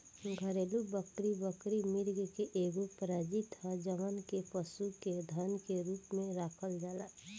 घरेलु बकरी, बकरी मृग के एगो प्रजाति ह जवना के पशु के धन के रूप में राखल जाला